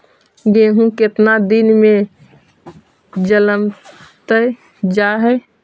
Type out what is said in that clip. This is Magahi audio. गेहूं केतना दिन में जलमतइ जा है?